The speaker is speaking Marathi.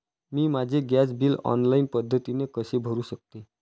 मी माझे गॅस बिल ऑनलाईन पद्धतीने कसे भरु शकते?